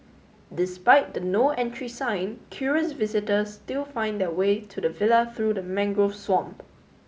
despite the No Entry sign curious visitors still find the way to the villa through the mangrove swamp